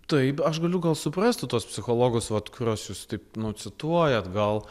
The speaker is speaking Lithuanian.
taip aš galiu gal suprasti tuos psichologus vat kuriuos jūs taip nu cituojat gal